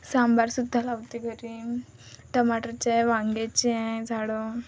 सांबारसुद्धा लावते घरी टमाटरचे आहे वांग्याचे आहे झाडं